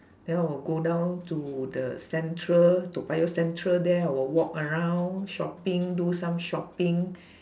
then I will go down to the central toa payoh central there I will walk around shopping do some shopping